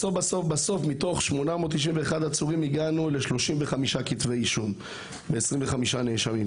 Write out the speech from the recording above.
בסוף מתוך 891 עצורים הגענו ל-35 כתבי אישום ל-25 נאשמים.